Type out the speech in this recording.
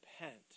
repent